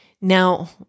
Now